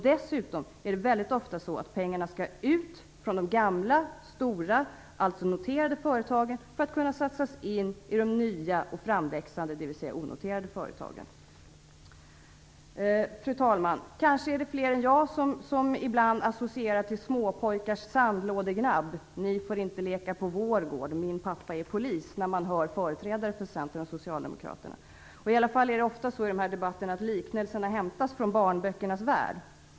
Dessutom är det väldigt ofta så att pengarna skall ut från de gamla, stora, noterade företagen för att kunna satsas i de nya och framväxande, dvs. onoterade, företagen. Fru talman! Kanske är det fler än jag om ibland associerar till småpojkars sandlådegnabb när man hör företrädare för Centern och Socialdemokraterna: Ni får inte leka på vår gård; min pappa är polis. I varje fall är det ofta så för Socialdemokraterna att liknelserna hämtas från barnböckernas värld.